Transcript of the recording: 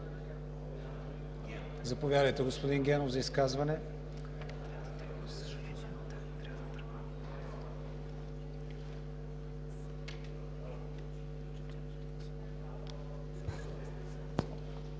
Заповядайте, господин Генов, за изказване.